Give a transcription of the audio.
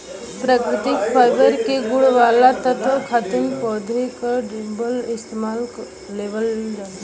प्राकृतिक फाइबर के गुण वाला तत्व खातिर पौधा क डंठल इस्तेमाल लेवल जाला